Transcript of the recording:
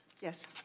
Yes